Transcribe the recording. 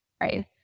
right